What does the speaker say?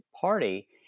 party